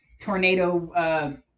Tornado